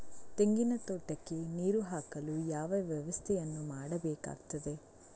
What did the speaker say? ತೆಂಗಿನ ತೋಟಕ್ಕೆ ನೀರು ಹಾಕಲು ಯಾವ ವ್ಯವಸ್ಥೆಯನ್ನು ಮಾಡಬೇಕಾಗ್ತದೆ?